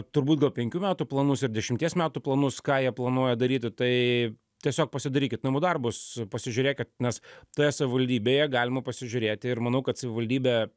turbūt gal penkių metų planus ir dešimties metų planus ką jie planuoja daryti tai tiesiog pasidarykit namų darbus pasižiūrėkit nes toje savivaldybėje galima pasižiūrėti ir manau kad savivaldybė